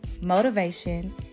motivation